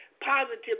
positive